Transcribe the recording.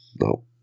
no